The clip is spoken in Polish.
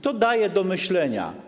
To daje do myślenia.